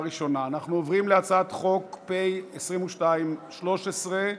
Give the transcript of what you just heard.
42 חברים בעד,